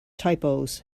typos